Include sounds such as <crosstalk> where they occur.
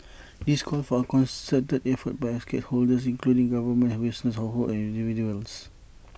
<noise> this calls for A concerted effort by all stakeholders including the government businesses households and individuals